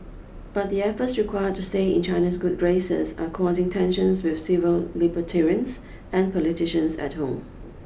but the efforts required to stay in China's good graces are causing tensions with civil libertarians and politicians at home